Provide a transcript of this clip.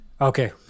Okay